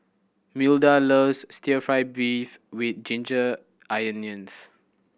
Milda loves still fry beef with ginger onions